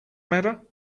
matter